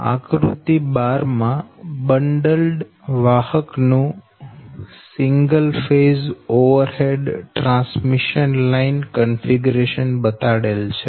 આકૃતિ 12 માં એક બંડલ્ડ વાહક નું single phase overhead transmission line configuration બતાડેલ છે